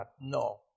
no